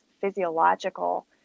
physiological